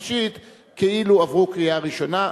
ולקריאה שלישית כאילו עברו קריאה ראשונה.